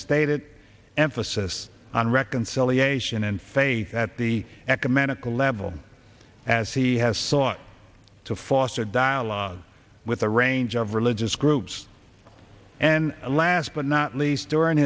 stated emphasis on reconciliation and faith that the eck america lebel as he has sought to foster dialogue with a range of religious groups and last but not least during